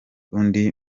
undi